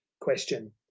question